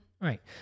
right